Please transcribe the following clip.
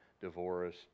divorce